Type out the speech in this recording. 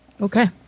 Okay